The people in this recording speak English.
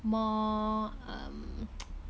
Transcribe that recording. more um